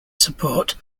support